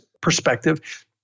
perspective